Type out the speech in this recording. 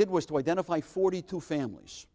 did was to identify forty two families